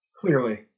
clearly